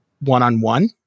one-on-one